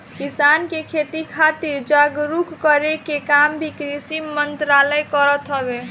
किसान के खेती खातिर जागरूक करे के काम भी कृषि मंत्रालय करत हवे